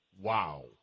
Wow